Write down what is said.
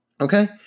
Okay